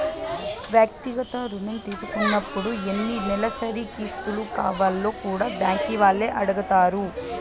వ్యక్తిగత రుణం తీసుకున్నపుడు ఎన్ని నెలసరి కిస్తులు కావాల్నో కూడా బ్యాంకీ వాల్లే అడగతారు